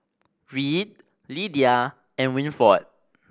Reed Lidia and Winford